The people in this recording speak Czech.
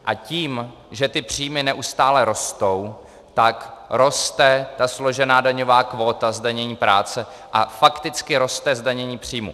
A tím, že ty příjmy neustále rostou, tak roste ta složená daňová kvóta zdanění práce a fakticky roste zdanění příjmů.